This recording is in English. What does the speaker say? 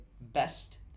best